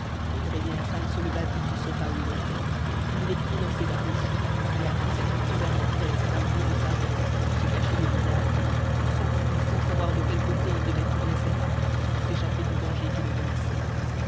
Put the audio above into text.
hassan se leva vite du sofa où il était mit les pieds dans ses babouches et après s'être couvert la tête d'un bout de sa robe pour se cacher le visage s'enfuit sans savoir de quel côté il devait tourner ses pas pour s'échapper du danger qui le menaçait